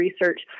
Research